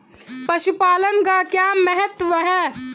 पशुपालन का क्या महत्व है?